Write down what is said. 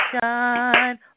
shine